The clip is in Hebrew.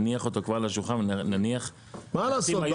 להניח אותו כבר על השולחן --- מה לעשות.